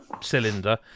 cylinder